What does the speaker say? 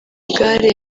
gare